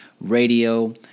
radio